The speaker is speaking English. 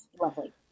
lovely